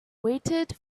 waited